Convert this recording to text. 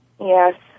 Yes